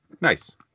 nice